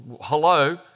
Hello